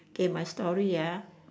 okay my story ah